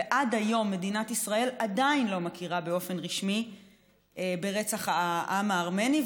ועד היום מדינת ישראל עדיין לא מכירה באופן רשמי ברצח העם הארמני.